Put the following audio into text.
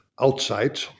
outside